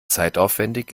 zeitaufwendig